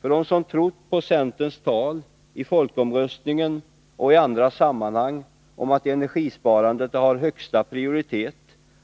För dem som trott på centerns tal i folkomröstningen och i andra sammanhang om att energisparandet har högsta prioritet